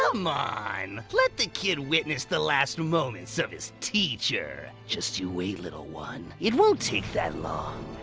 um on! let the kid witness the last moments of his teacher just you wait, little one. it won't take that long.